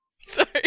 Sorry